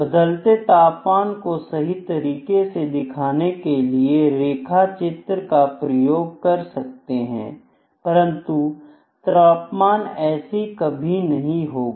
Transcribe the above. बदलते तापमान को सही तरीके से दिखाने के लिए रेखिक चित्र का प्रयोग कर सकते हैं परंतु तापमान ऐसे कभी नहीं होगा